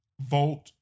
vote